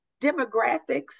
demographics